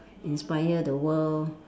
inspire the world